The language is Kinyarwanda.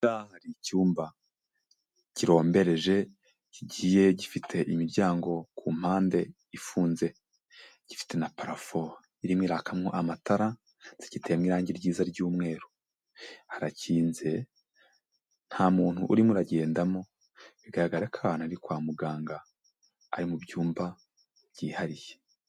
Ahangaha hari icyumba kirombereje kigiye gifite imiryango kumpande ifunze, gifite na parafo irimo irakanwa amatara, ndetse giteyemo irangi ryiza ryumweru. Harakinze nta muntu urimo uragendamo, bigaragara ko ahantu ari kwa muganga ari mu byumba byihariye.